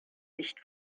nicht